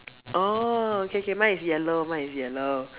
orh okay K mine is yellow mine is yellow